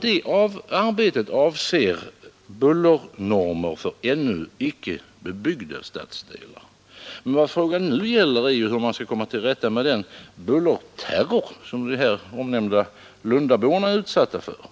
Detta arbete avser emellertid bullernormer för ännu icke bebyggda stadsdelar. Men vad frågan nu gäller är hur man skall komma till rätta med den bullerterror som de omnämnda Lundaborna är utsatta för.